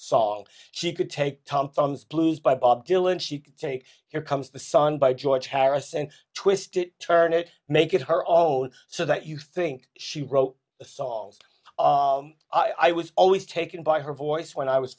songs she could take tom thumbs blues by bob dylan she could take here comes the sun by george harrison twist it turn it make it her own so that you think she wrote a song i was always taken by her voice when i was